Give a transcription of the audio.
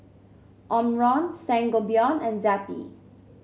Omron Sangobion and Zappy